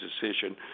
decision